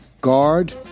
Guard